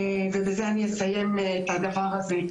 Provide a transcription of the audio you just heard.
ובזה אני אסיים את הדבר הזה.